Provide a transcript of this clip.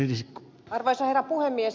arvoisa herra puhemies